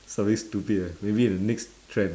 always stupid ah maybe the next trend